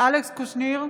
אלכס קושניר,